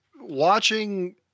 watching